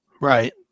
Right